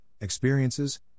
experiences